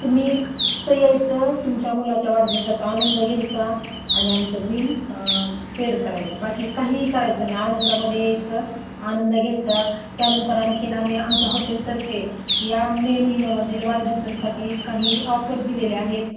तुम्ही एक तर यायचं तुमच्या मुलाच्या वाढदिवसाचा आनंद घ्यायचा आणि आमचं बिल पेड करायचं बाकी काहीही करायचं नाही आनंदामध्ये यायचं आनंद घ्यायचा त्यानंतर आणखीन आम्ही आमच्या हॉटेलतर्फे या मे महिन्यामधील वाढदिवसांसाठी काही ऑफर दिलेले आहेत